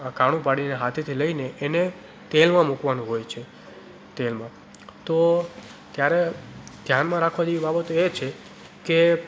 કાણું પાડીને હાથેથી લઈને એને તેલમાં મૂકવાનું હોય છે તેલમાં તો ત્યારે ધ્યાનમાં રાખવા જેવી બાબતો એ છે કે